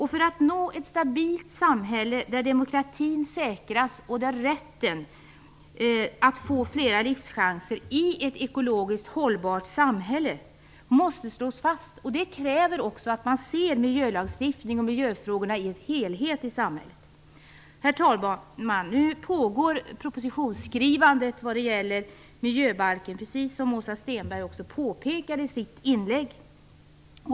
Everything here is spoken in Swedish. Målet är ett stabilt samhälle där demokratin säkras, och rätten att få flera livschanser i ett ekologiskt hållbart samhälle måste slås fast. Det kräver också att man ser miljölagstiftningen och miljöfrågorna som en helhet i samhället. Herr talman! Nu pågår propositionsskrivandet vad gäller miljöbalken, som också Åsa Stenberg påpekade i sitt inlägg.